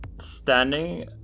standing